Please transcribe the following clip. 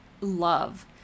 love